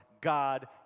God